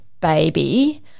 baby